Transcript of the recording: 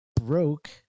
broke